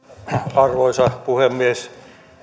arvoisa puhemies